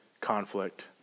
conflict